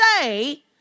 say